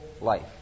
life